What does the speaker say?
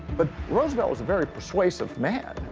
but roosevelt was a very persuasive man.